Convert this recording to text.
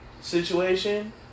situation